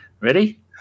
Ready